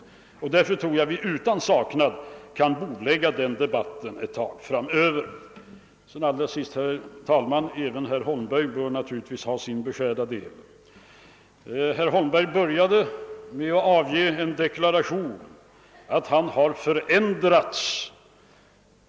Därför tror jag att vi utan saknad kan bordlägga den debatten ett tag framöver. Allra sist, herr talman, bör även herr Holmberg naturligtvis ha sin beskärda del. Herr Holmberg började med att avge en deklaration att han har förändrats.